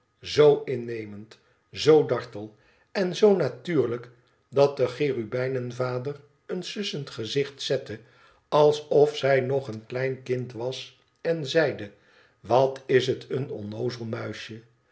z innemend z dartel en z natuurlijk dat de cherubijnen vader een sussend gezicht zette alsof zij nog een klein kind was en zeide twat is het een onnoozel muisje